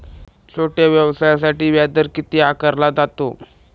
छोट्या व्यवसायासाठी व्याजदर किती आकारला जातो?